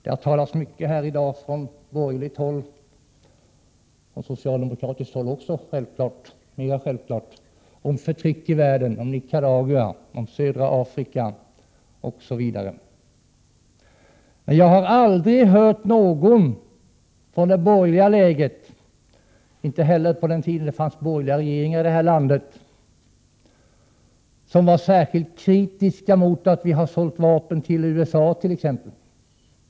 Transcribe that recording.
Det har talats mycket i dag från borgerligt håll, och självfallet från socialdemokratiskt håll också, om förtryck i världen, om Nicaragua, om södra Afrika osv. Men jag har aldrig hört någon från det borgerliga lägret — inte heller på den tid då det fanns borgerliga regeringar här i landet — som har varit särskilt kritisk mot att vi har sålt vapen till USA t.ex.